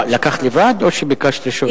לקחת לבד או שביקשת רשות?